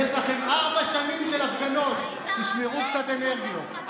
יש לכם ארבע שנים של הפגנות, תשמרו קצת אנרגיות.